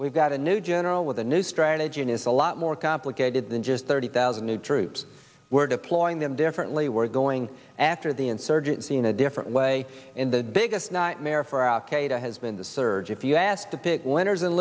we've got a new general with a new strategy and is a lot more complicated than just thirty thousand new troops we're deploying them differently we're going after the insurgency in a different way and the biggest nightmare for al qaeda has been the surge if you asked the pick winners and